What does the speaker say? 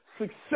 success